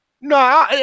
No